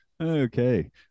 Okay